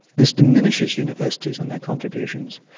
this diminishes universities and their contributions,